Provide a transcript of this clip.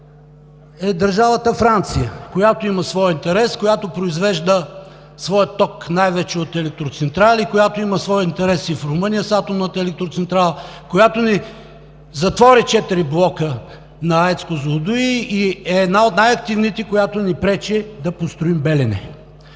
е държавата Франция, която има своя интерес, която произвежда своя ток – най-вече от електроцентрали, която има своя интерес и в Румъния с атомната електроцентрала, която ни затвори четири блока на АЕЦ „Козлодуй“ и е една от най-активните, която ни пречи да построим „Белене“.